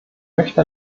möchte